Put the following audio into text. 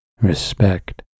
respect